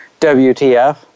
WTF